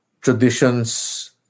traditions